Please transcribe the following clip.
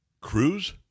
Cruise